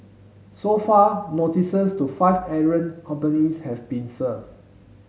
so far notices to five errant companies have been served